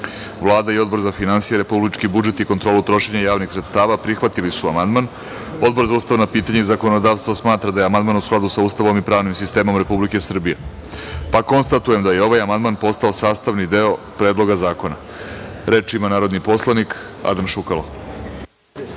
Tomić. Vlada i Odbor za finansije, republički budžet i kontrolu trošenja javnih sredstava prihvatili su amandman, a Odbor za ustavna pitanja i zakonodavstvo smatra da je amandman u skladu sa Ustavom i pravnim sistemom Republike Srbije, pa konstatujem da je ovaj amandman postao sastavni deo Predloga zakona. Reč ima narodni poslanik Adam Šukalo.